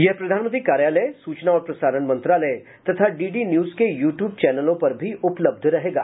यह प्रधानमंत्री कार्यालय सूचना और प्रसारण मंत्रालय तथा डीडी न्यूज के यू ट्यूब चैनलों पर भी उपलब्ध रहेगा